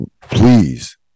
Please